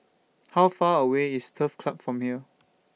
How Far away IS Turf Ciub Road from here